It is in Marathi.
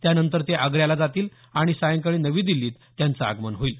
त्यानंतर ते आग्र्याला जातील आणि सायंकाळी नवी दिल्लीत त्यांचं आगमन होईल